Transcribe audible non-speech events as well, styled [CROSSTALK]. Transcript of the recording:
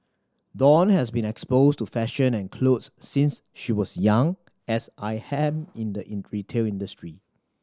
dawn has been exposed to fashion and clothes since she was young as I [UNINTELLIGIBLE] in the retail industry